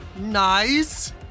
nice